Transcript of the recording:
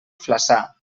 flaçà